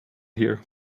here